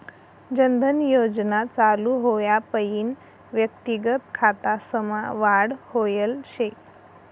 जन धन योजना चालू व्हवापईन व्यक्तिगत खातासमा वाढ व्हयल शे